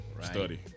Study